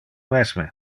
mesme